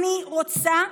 אני רוצה,